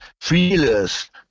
feelers